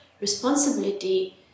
responsibility